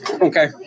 Okay